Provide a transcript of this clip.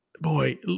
boy